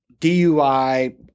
DUI